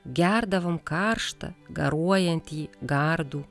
gerdavom karštą garuojantį gardų